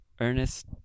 Ernest